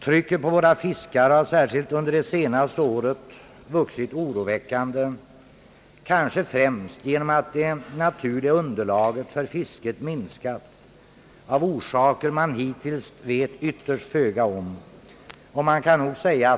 Trycket på våra fiskare har särskilt under det senaste året vuxit oroväckande, kanske främst genom att det naturliga underlaget för fisket minskar, av orsaker som man hittills vet ytterst litet om.